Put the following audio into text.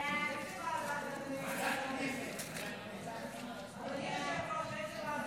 את הצעת החוק לתיקון